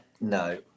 No